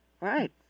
Right